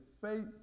faith